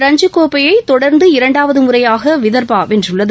ரஞ்சிக் கோப்பையை தொடர்ந்து இரண்டாவது முறையாக விதர்பா வென்றுள்ளது